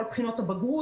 כל בחינות הבגרות.